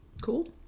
Cool